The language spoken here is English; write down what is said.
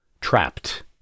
Trapped